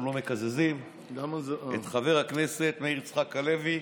לא מקזזים את חבר הכנסת מאיר יצחק הלוי,